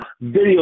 video